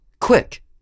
Quick